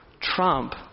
trump